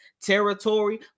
territory